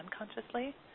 unconsciously